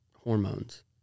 hormones